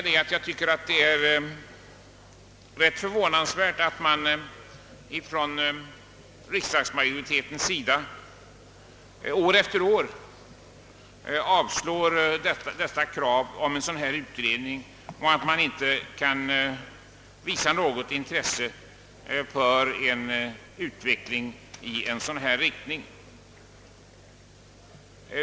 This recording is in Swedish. Det är rätt förvånansvärt att riksdagsmajoriteten år efter år avslår kravet på en utredning rörande denna fråga och därmed inte visar något intresse för en utveckling mot ett ökat aktiespridande inom de statliga företagen.